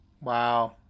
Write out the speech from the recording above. Wow